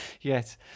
Yes